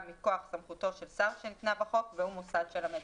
מכוח סמכותו של שר שניתנה בחוק והוא מוסד של המדינה."